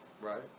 Right